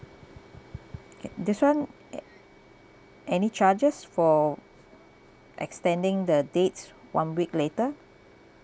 a~ this [one] a~ any charges for extending the dates one week later